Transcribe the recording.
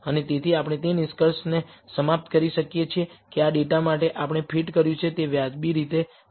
અને તેથી આપણે તે નિષ્કર્ષને સમાપ્ત કરી શકીએ છીએ કે આ ડેટા માટે આપણે ફીટ કર્યું છે તે વ્યાજબી રીતે સારી છે